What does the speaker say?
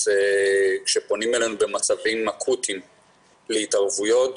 כשפונים אלינו במצבים אקוטיים להתערבויות,